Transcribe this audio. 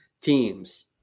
teams